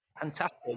Fantastic